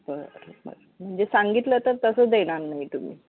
बरं बरं म्हणजे सांगितलं तर तसं देणार नाही तुम्ही